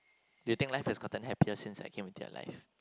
do you think life have gotten happier since I came into your life